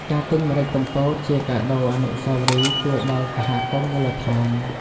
ការទិញម្រេចកំពតជាកាដូអនុស្សាវរីយ៍ជួយដល់សហគមន៍មូលដ្ឋាន។